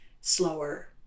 slower